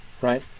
Right